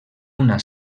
una